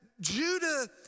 Judah